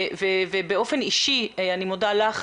ובאופן אישי אני מודה לך.